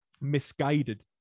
misguided